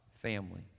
family